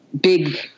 big